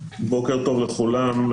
בוקר טוב לכולם.